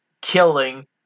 Killing